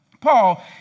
Paul